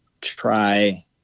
try